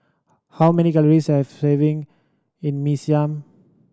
how many calories does serving in Mee Siam